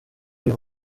uyu